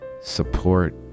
support